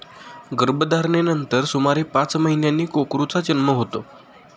गर्भधारणेनंतर सुमारे पाच महिन्यांनी कोकरूचा जन्म होतो